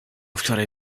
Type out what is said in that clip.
wczoraj